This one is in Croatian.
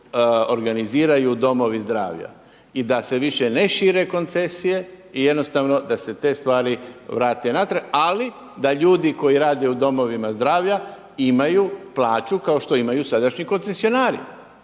organiziraju domovi zdravlja i da se više ne šire koncesije i jednostavno da se te stvari vrate natrag, ali da ljudi koji rade u domovima zdravlja imaju plaću kao što imaju sadašnji koncesionari.